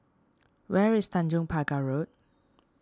where is Tanjong Pagar Road